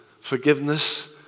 forgiveness